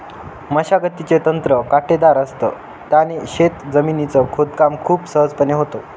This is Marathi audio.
मशागतीचे यंत्र काटेदार असत, त्याने शेत जमिनीच खोदकाम खूप सहजपणे होतं